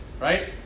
right